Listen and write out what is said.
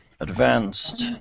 Advanced